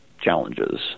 challenges